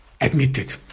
admitted